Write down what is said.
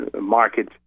market